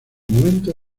momento